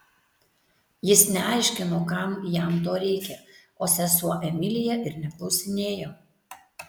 jis neaiškino kam jam to reikia o sesuo emilija ir neklausinėjo